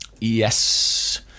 Yes